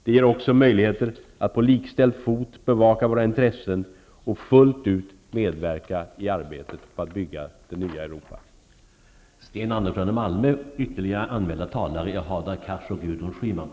Det ger också möjligheter att på likställd fot bevaka våra intressen och fullt ut medverka i arbetet på att bygga det nya Europa.